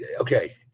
okay